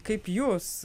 kaip jūs